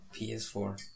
PS4